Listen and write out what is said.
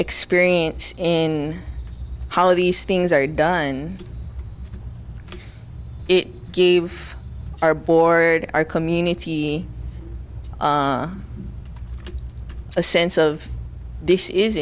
experience in how these things are done it gave our board our community a sense of